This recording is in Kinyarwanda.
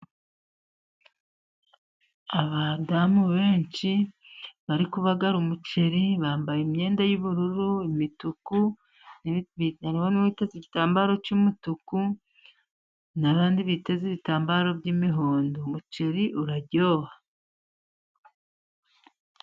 Abadamu benshi bari kubagara umuceri, bambaye imyenda y'ubururu, imituku, hariho n'uwiteze igitambaro cy'umutuku n'abandi biteze ibitambaro by'imihondo, umuceri uraryoha.